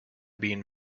been